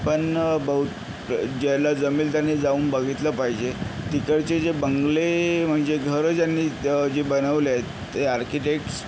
पण बहु ज्याला जमेल त्याने जाऊन बघितलं पाहिजे तिकडचे जे बंगले म्हणजे घरं ज्यांनी द जे बनवले आहेत ते आर्किटेक्टस्